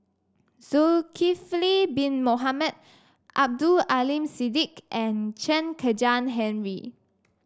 Zulkifli Bin Mohamed Abdul Aleem Siddique and Chen Kezhan Henri